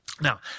Now